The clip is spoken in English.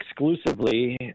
exclusively